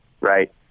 right